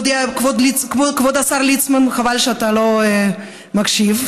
כבוד השר ליצמן, חבל שאתה לא מקשיב.